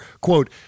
quote